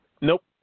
Nope